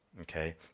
Okay